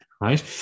right